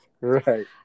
Right